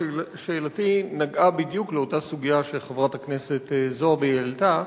חבר הכנסת חנין,